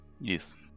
Yes